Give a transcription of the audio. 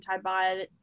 antibiotic